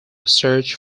search